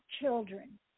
children